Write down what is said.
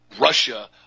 Russia